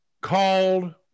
called